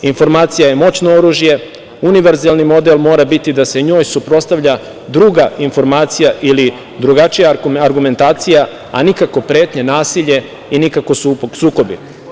Informacija je moćno oružje, univerzalni model mora biti da se njoj suprotstavlja druga informacija ili drugačija argumentacija, a nikako pretnja, nasilje i nikako sukobi.